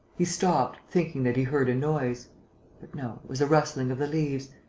he stopped, thinking that he heard a noise. but no, it was a rustling of the leaves.